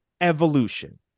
Evolution